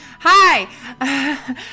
Hi